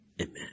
amen